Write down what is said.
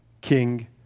King